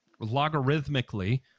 logarithmically